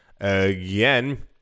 again